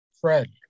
Fred